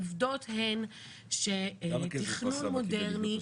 העובדות הן שתכנון מודרני,